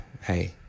hey